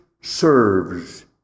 serves